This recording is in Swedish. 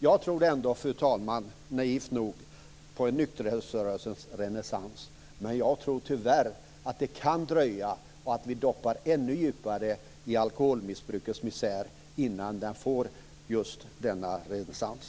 Jag tror ändå, fru talman, naivt nog på en nykterhetsrörelsens renässans, men det kan tyvärr dröja, och människor kan komma att doppa ännu djupare ned i alkoholmissbrukets misär innan den får denna renässans.